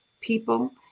people